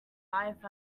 life